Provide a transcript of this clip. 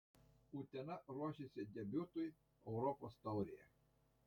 utena ruošiasi debiutui europos taurėje